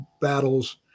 battles